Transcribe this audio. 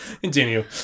continue